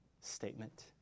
statement